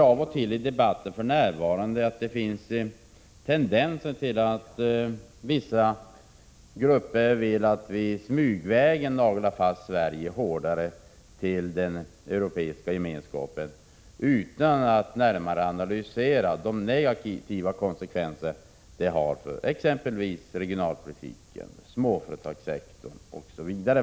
Av och till tycker jag mig i debatten finna tendenser till att vissa grupper vill smygvägen nagla fast Sverige hårdare vid Europeiska gemenskapen, utan att närmare analysera de negativa konsekvenser detta har för regionalpolitiken, småföretagssektorn osv.